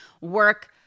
work